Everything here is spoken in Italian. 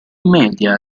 media